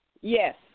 Yes